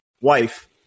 wife